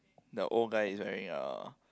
the old guy is wearing a